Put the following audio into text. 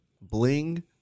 Bling